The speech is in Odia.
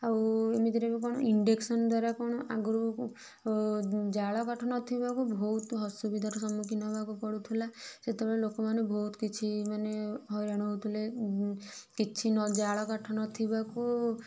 ଆଉ ଏମିତିରେ ବି କଣ ଇଣ୍ଡକ୍ସନ୍ ଦ୍ବାରା ବି କଣ ଆଗରୁ ଜାଳ କାଠ ନଥିବାକୁ ବହୁତୁ ଅସୁବିଧାର ସମ୍ମୁଖୀନ ହେବାକୁ ପଡ଼ୁଥିଲା ସେତବେଳେ ଲୋକ ମାନେ ବହୁତୁ କିଛି ମାନେ ହଇରାଣ ହେଉଥିଲେ କିଛି ନ ଜାଳ କାଠ ନଥିବାକୁ